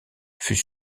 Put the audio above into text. fut